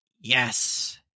Yes